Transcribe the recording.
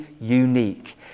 unique